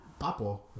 Papo